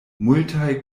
multaj